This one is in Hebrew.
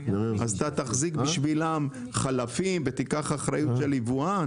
אז אתה תחזיק בשבילם חלפים ותיקח אחריות של יבואן?